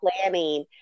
planning